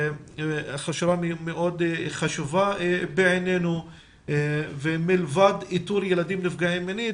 ההכשרה מאוד חשובה בעינינו ומלבד איתור ילדים נפגעים מינית